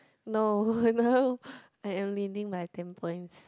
no now I am leading by ten points